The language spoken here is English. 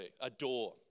adore